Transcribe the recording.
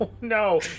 no